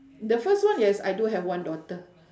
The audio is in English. the first one yes I do have one daughter